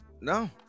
no